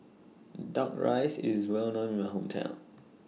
Duck Rice IS Well known in My Hometown